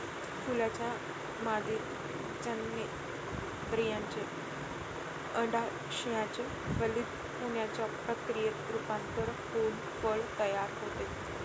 फुलाच्या मादी जननेंद्रियाचे, अंडाशयाचे फलित होण्याच्या प्रक्रियेत रूपांतर होऊन फळ तयार होते